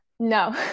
No